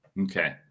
Okay